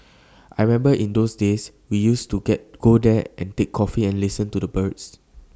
I remember in those days we used to go there and take coffee and listen to the birds